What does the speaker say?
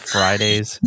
Fridays